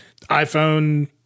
iPhone